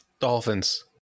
Dolphins